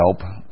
help